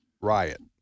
riot